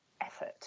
effort